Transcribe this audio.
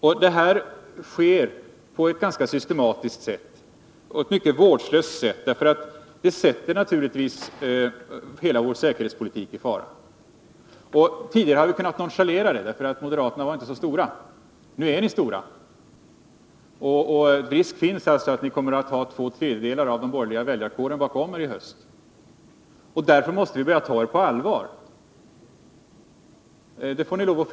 Och det sker på ett ganska systematiskt och mycket vårdslöst sätt, för det sätter naturligtvis hela vår säkerhetspolitik i fara. Tidigare har vi kunnat nonchalera det därför att moderata samlingspartiet inte har varit så stort. Nu är ni stora, och risken finns att ni kommer att ha två tredjedelar av den borgerliga väljarkåren bakom er i höst. Därför måste vi börja ta er på allvar.